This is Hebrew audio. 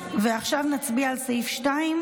עכשיו נצביע בקריאה השנייה על סעיף 2,